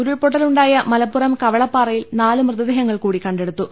ഉരുൾപൊട്ടലുണ്ടായ മലപ്പുറം കവളപ്പാറയിൽ നാല് മൃതദേഹ ങ്ങൾ കൂടി കണ്ടെടുത്തു